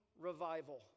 revival